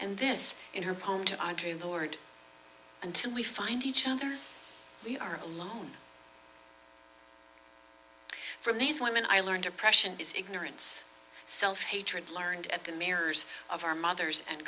and this in her home to andre the lord until we find each other we are alone from these women i learned oppression is ignorance self hatred learned at the mirrors of our mothers and